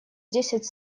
десять